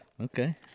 Okay